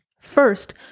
First